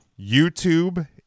YouTube